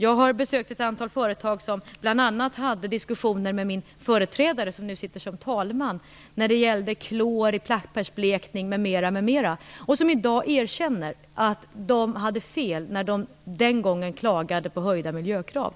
Jag har besökt ett antal företag som bl.a. hade diskussioner med min företrädare, som nu sitter som talman, när det gällde klor i pappersblekning m.m. och som i dag erkänner att de hade fel när de den gången klagade på höjda miljökrav.